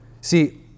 See